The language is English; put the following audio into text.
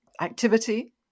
activity